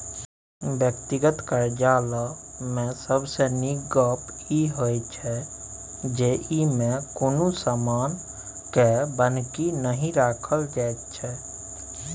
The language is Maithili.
व्यक्तिगत करजा लय मे सबसे नीक गप ई होइ छै जे ई मे कुनु समान के बन्हकी नहि राखल जाइत छै